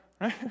Right